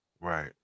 Right